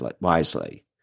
wisely